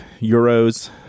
euros